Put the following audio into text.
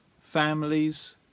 families